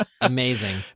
Amazing